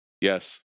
Yes